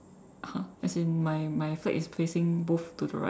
!huh! as in my my flag is facing both to the right